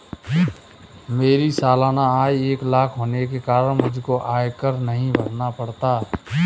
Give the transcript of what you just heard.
मेरी सालाना आय एक लाख होने के कारण मुझको आयकर नहीं भरना पड़ता